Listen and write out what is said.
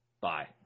Bye